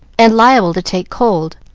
and liable to take cold.